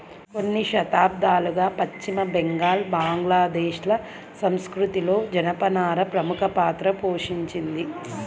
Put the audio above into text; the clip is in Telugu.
కొన్ని శతాబ్దాలుగా పశ్చిమ బెంగాల్, బంగ్లాదేశ్ ల సంస్కృతిలో జనపనార ప్రముఖ పాత్ర పోషించింది